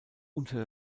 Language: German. unter